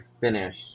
finish